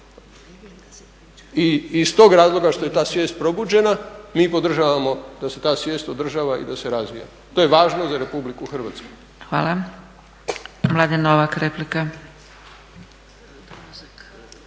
I iz tog razloga što je ta svijest probuđena mi podržavamo da se ta svijest održava i da se razvija, to je važno za Republiku Hrvatsku. **Zgrebec, Dragica